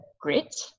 grit